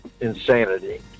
insanity